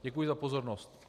Děkuji za pozornost.